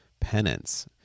penance